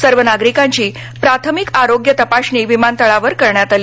सर्व नागरिकांची प्राथमिक आरोग्य तपासणी विमानतळावर करण्यात आली